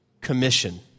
commission